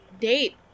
date